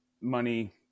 money